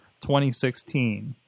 2016